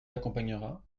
accompagnera